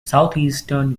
southeastern